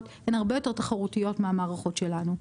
הן הרבה יותר תחרותיות מהמערכות שלנו.